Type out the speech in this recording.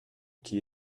qui